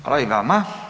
Hvala i vama.